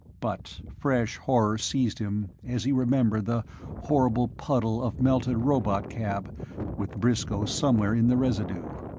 but fresh horror seized him as he remembered the horrible puddle of melted robotcab with briscoe somewhere in the residue.